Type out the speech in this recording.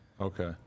Okay